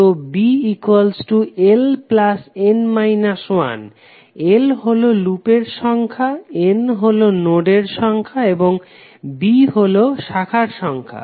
তো bln 1 l হলো লুপের সংখ্যা n হলো নোডের সংখ্যা এবং b হলো শাখার সংখ্যা